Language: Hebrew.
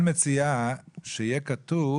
מציעה שיהיה כתוב